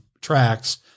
tracks